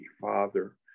father